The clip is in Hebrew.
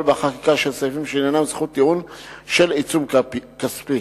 בחקיקה של סעיפים שעניינם זכות טיעון של עיצום כספי.